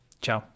ciao